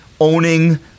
owning